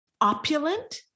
opulent